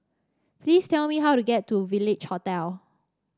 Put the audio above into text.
please tell me how to get to Village Hotel